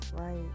right